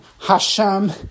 Hashem